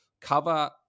cover